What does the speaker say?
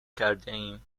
کردهایم